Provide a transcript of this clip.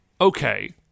Okay